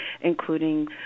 including